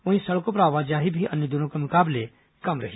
वहीं सड़कों पर आवाजाही भी अन्य दिनों के मुकाबले कम रही